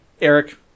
Eric